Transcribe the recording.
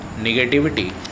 negativity